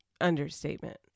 understatement